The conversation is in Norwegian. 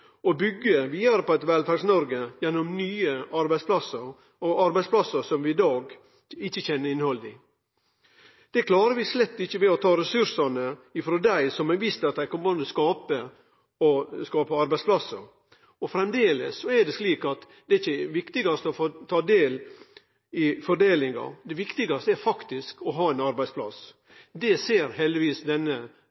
og byggje vidare på eit Velferds-Noreg gjennom nye arbeidsplassar – arbeidsplassar som vi i dag ikkje kjenner innhaldet i. Det klarer vi slett ikkje ved å ta ressursane frå dei som har vist at dei kan skape arbeidsplassar. Framleis er det slik at det er ikkje viktigast å ta del i fordelinga. Det viktigaste er å ha ein arbeidsplass.